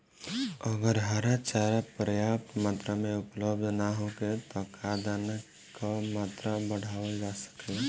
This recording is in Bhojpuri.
अगर हरा चारा पर्याप्त मात्रा में उपलब्ध ना होखे त का दाना क मात्रा बढ़ावल जा सकेला?